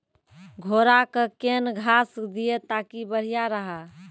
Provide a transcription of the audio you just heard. घोड़ा का केन घास दिए ताकि बढ़िया रहा?